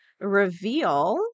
Reveal